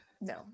No